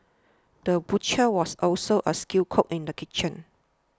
the butcher was also a skilled cook in the kitchen